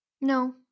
No